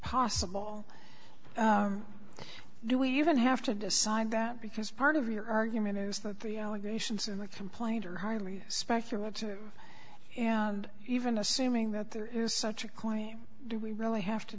possible do we even have to decide that because part of your argument is that the allegations in the complaint are highly speculative and even assuming that there is such a coin do we really have to